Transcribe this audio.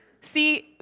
See